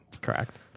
correct